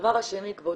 הדבר השני, כבודו,